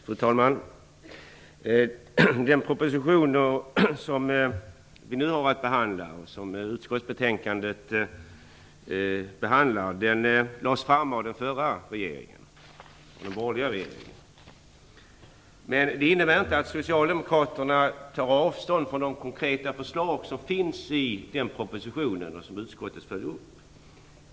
Fru talman! Den proposition som vi nu har att behandla och som tas upp i utskottsbetänkandet lades fram av den borgerliga regeringen. Det innebär inte att Socialdemokraterna tar avstånd från de konkreta förslag som finns i denna proposition och som utskottet följt upp.